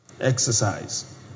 Exercise